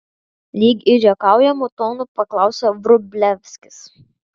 lyg ir juokaujamu tonu paklausė vrublevskis